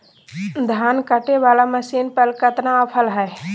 धान कटे बाला मसीन पर कतना ऑफर हाय?